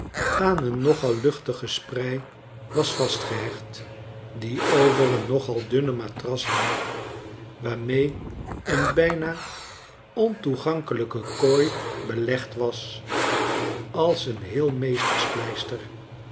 aan een nogal luchtige sprei was vastgehecht die over een nogal dunne matras hing waarmeeeen bijna ontoegankelyke kooi belegd was als een heelmeesterspleister